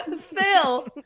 Phil